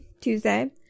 Tuesday